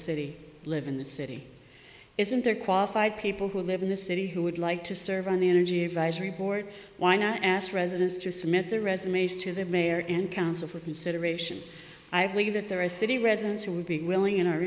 city live in the city isn't there qualified people who live in the city who would like to serve on the energy advisory board why not ask residents to submit their resumes to the mayor and council for consideration i believe that there are city residents who are being willing and are